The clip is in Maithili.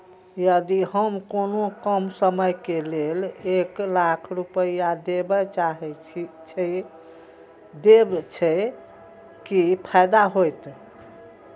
यदि हम कोनो कम समय के लेल एक लाख रुपए देब छै कि फायदा होयत?